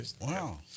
Wow